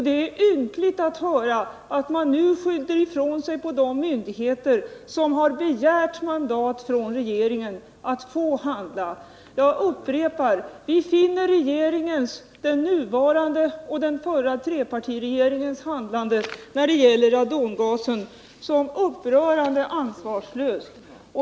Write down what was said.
Det är ynkligt att höra att man nu skyller ifrån sig på de myndigheter som har begärt mandat från regeringen att få handla. Jag upprepar: Vi betraktar den nuvarande regeringens och den förra trepartiregeringens handlande när det gäller radongasen som upprörande ansvarslöst.